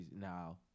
Now